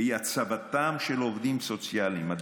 והיא הצבתם של עובדים סוציאליים ייעודיים,